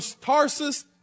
Tarsus